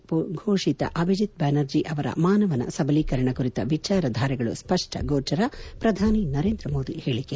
Nobel ಪ್ರಶಸ್ತಿ ಘೋಷಿತ ಅಭಿಜಿತ್ ಬ್ಲಾನರ್ಜಿ ಅವರ ಮಾನವನ ಸಬಲೀಕರಣ ಕುರಿತ ವಿಚಾರಧಾರೆಗಳು ಸ್ವಷ್ಷ ಗೋಚರ ಪ್ರಧಾನಿ ನರೇಂದ್ರ ಮೋದಿ ಹೇಳಕೆ